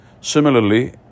Similarly